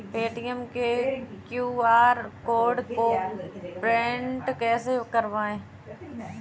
Paytm के Q R code को print कैसे करवाएँ?